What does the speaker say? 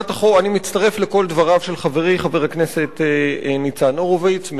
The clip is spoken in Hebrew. אני מצטרף לכל דבריו של חברי חבר הכנסת ניצן הורוביץ,